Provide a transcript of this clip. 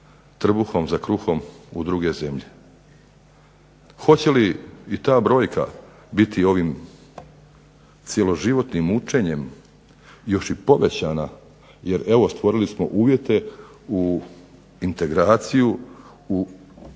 trbuhom za kruhom u druge zemlje. Hoće li i ta brojka biti ovim cjeloživotnim učenjem još i povećana jer evo stvorili smo uvjete u integraciju za u